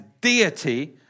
deity